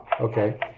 okay